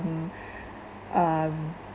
um